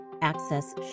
access